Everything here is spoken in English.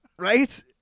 right